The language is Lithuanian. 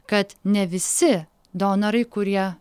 kad ne visi donorai kurie